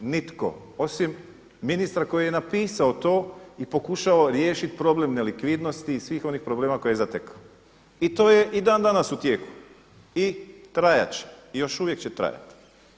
Nitko, osim ministra koji je napisao to i pokušao riješiti problem nelikvidnosti i svih onih problema koje je zatekao i to je i dan danas u tijeku i trajat će i još uvijek će trajati.